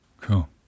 cool